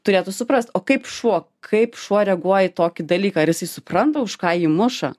turėtų suprast o kaip šuo kaip šuo reaguoja į tokį dalyką ar jisai supranta už ką jį muša